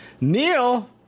Neil